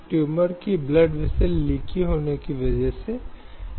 अब आम तौर पर जब यह महिलाओं की चिंता करता है तो हम वेश्यावृत्ति के अस्तित्व को देखते हैं